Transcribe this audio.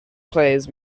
players